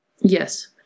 Yes